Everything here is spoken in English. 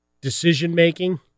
decision-making